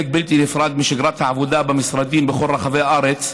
בלתי נפרד משגרת העבודה במשרדים בכל רחבי הארץ,